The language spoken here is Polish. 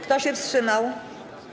Kto się wstrzymał?